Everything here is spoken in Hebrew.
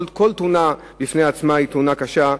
וכל תאונה בפני עצמה היא תאונה קשה.